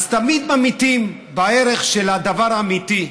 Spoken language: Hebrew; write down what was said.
אז תמיד ממעיטים בערך של הדבר האמיתי.